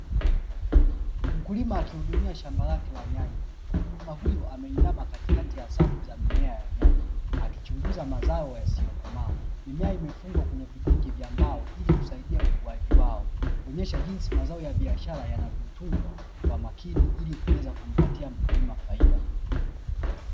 Mkulima akihudumia shamba lake la nyanya, mkulima huyu ameinama katikati ya safu za mimea ya nyanya akichunguza mazao yasio komaa. Mimea imefungwa kwenye vigingi vya mbao ili kusaidia ukuaji wao. Kuonyesha jinsi mazao ya biashara yanavyotunzwa kwa makini ili kuweza kumpatia mkulima faida.